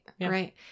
Right